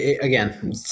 Again